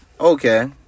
Okay